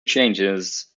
changes